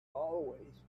always